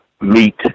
meet